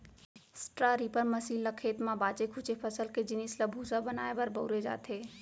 straw reaper machine ल खेत म बाचे खुचे फसल के जिनिस ल भूसा बनाए बर बउरे जाथे